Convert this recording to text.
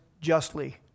justly